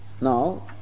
Now